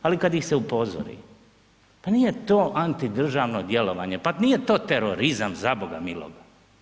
Ali kad ih se upozori, pa nije to antidržavno djelovanje, pa nije to terorizam zaboga miloga.